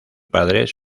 padres